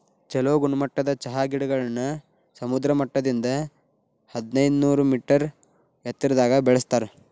ಚೊಲೋ ಗುಣಮಟ್ಟದ ಚಹಾ ಗಿಡಗಳನ್ನ ಸಮುದ್ರ ಮಟ್ಟದಿಂದ ಹದಿನೈದನೂರ ಮೇಟರ್ ಎತ್ತರದಾಗ ಬೆಳೆಸ್ತಾರ